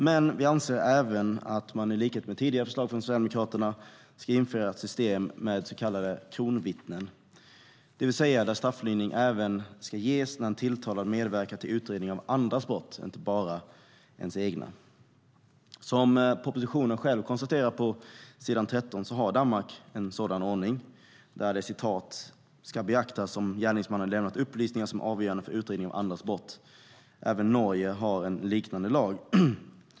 Men vi anser även att man i likhet med tidigare förslag från Sverigedemokraterna ska införa ett system med så kallade kronvittnen, det vill säga att strafflindring ska ges även när en tilltalad medverkar till utredning av andras brott och inte bara de egna. Som det konstateras i propositionen på s. 13 har Danmark en sådan ordning. "Det ska beaktas om gärningsmannen lämnat upplysningar som är avgörande för utredningen av andras brott." Även Norge har en liknande lag.